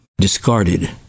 discarded